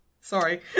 Sorry